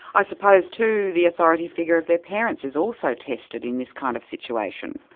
i suppose too the authority figure of their parents is also tested in this kind of situation?